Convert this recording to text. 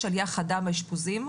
יש עלייה חדה באשפוזים,